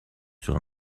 sur